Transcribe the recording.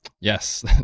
Yes